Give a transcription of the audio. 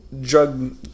drug